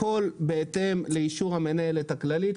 הכול בהתאם לאישור המנהלת הכללית,